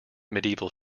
medieval